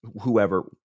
whoever